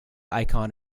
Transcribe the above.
icon